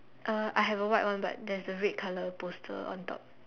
uh I have a white one but there's a red color poster on top